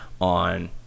on